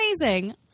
amazing